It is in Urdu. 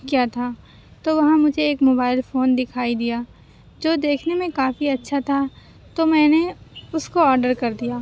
کیا تھا تو وہاں مجھے ایک موبائل فون دکھائی دیا جو دیکھنے میں کافی اچھا تھا تو میں نے اُس کو آڈر کر دیا